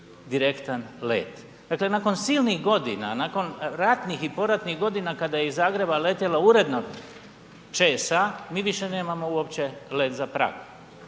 direktan let. Dakle nakon silnih godina, nakon ratnih i poratnih godina kada je iz Zagreba letjelo uredno .../Govornik se ne razumije./... mi više nemamo uopće let za Prag.